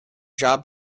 job